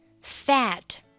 Fat